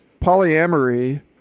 polyamory